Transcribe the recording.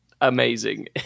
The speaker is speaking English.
Amazing